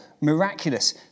miraculous